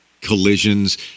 collisions